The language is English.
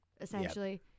essentially